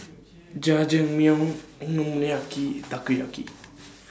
Jajangmyeon Okonomiyaki Takoyaki